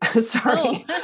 Sorry